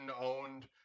owned